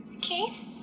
Keith